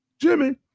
Jimmy